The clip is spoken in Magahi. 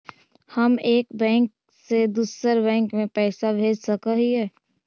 हम एक बैंक से दुसर बैंक में पैसा भेज सक हिय?